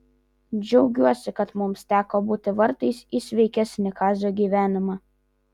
džiaugiuosi kad mums teko būti vartais į sveikesnį kazio gyvenimą